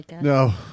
No